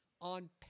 on